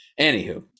anywho